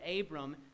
Abram